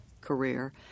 career